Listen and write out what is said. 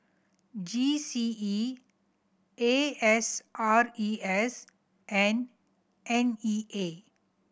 G C E A S R E S and N E A